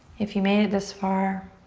if you made it this far,